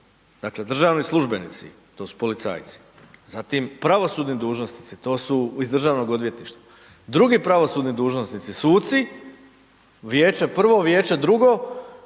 dakle, državni službenici, to su policajci, zatim pravosudni dužnosnici, to su iz Državnog odvjetništva, drugi pravosudni dužnosnici, suci, Vijeće, prvo vijeće, drugo,